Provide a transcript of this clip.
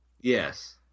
Yes